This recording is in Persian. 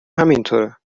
همینطوره